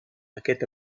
aquest